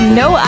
no